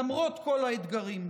למרות כל האתגרים.